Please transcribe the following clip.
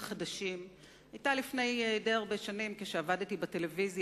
היתה לפני די הרבה שנים, כשעבדתי בטלוויזיה.